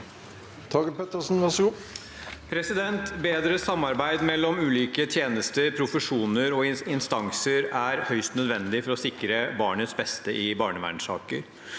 «Bedre samarbeid mellom ulike tjenester, profesjoner og instanser er høyst nødvendig for å sikre barnets beste i barnevernssaker.